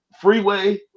freeway